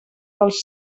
dels